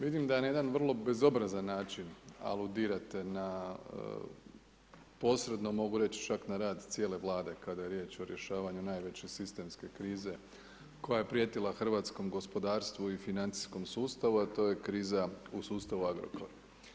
Vidim da na jedan vrlo bezobrazan način aludirate na posredno, mogu reći posredno, čak, mogu reći, na rad cijele vlade, kada je riječ o rješavanju najveće sistemske krize, koja je prijetila hrvatskom gospodarstvu i financijskom sustavu, a to je kriza u sustavu Agrokora.